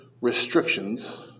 restrictions